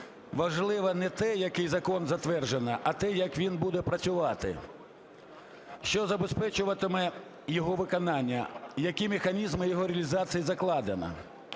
важливо не те, який закон затверджений, а те, як він буде працювати, що забезпечуватиме його виконання, які механізми його реалізації закладено.